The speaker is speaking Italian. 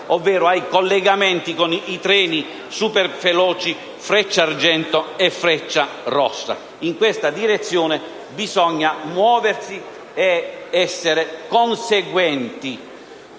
ovvero ai collegamenti con i treni superveloci Frecciargento e Frecciarossa. In questa direzione bisogna muoversi e essere conseguenti.